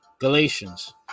Galatians